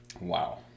Wow